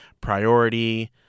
priority